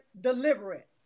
deliberate